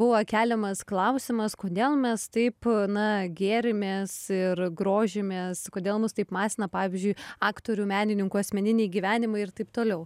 buvo keliamas klausimas kodėl mes taip na gėrimės ir grožimės kodėl mus taip masina pavyzdžiui aktorių menininkų asmeniniai gyvenimai ir taip toliau